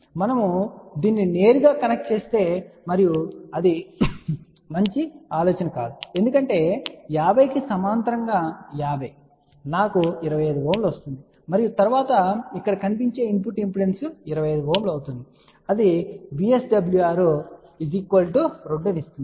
మనము దీన్ని నేరుగా కనెక్ట్ చేస్తే మరియు ఇది మంచి ఆలోచన కాదు ఎందుకంటే 50 కి సమాంతరంగా 50 నాకు 25 Ω ఇస్తుంది మరియు తరువాత ఇక్కడ కనిపించే ఇన్పుట్ ఇంపెడెన్స్ 25 Ω అవుతుంది అది నాకు VSWR 2 ఇస్తుంది సరే